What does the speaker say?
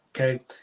Okay